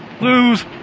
Lose